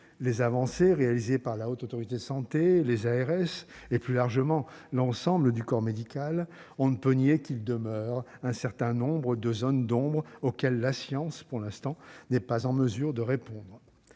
les avancées accomplies par la Haute Autorité de santé (HAS), les ARS et plus largement l'ensemble du corps médical, on ne saurait le nier, il demeure un certain nombre de zones d'ombre, auxquelles la science n'est pour l'instant pas en mesure de répondre.